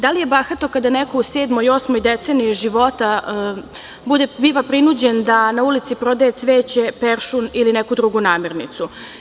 Da li je bahato kada neko u sedmoj ili osmoj deceniji života biva prinuđen da na ulici prodaje cveće, peršun ili neku drugu namirnicu?